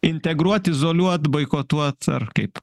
integruot izoliuot boikotuot ar kaip